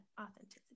authenticity